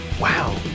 Wow